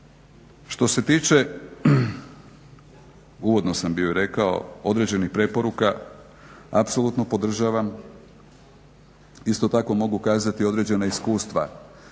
Što se tiče, uvodno sam bio rekao, određenih preporuka, apsolutno podržavam, isto tako mogu kazati određena iskustva